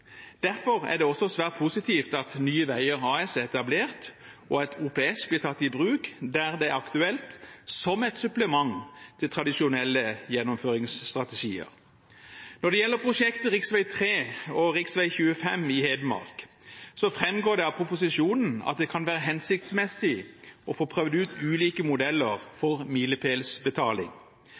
Derfor er det også svært positivt at Nye Veier AS er etablert, og at OPS blir tatt i bruk der det er aktuelt som et supplement til tradisjonelle gjennomføringsstrategier. Når det gjelder prosjektet rv. 3/rv. 25 i Hedmark, framgår det av proposisjonen at det kan være hensiktsmessig å få prøvd ut ulike modeller for milepælsbetaling. Derfor er det for dette prosjektet lagt opp til en noe lavere milepælsbetaling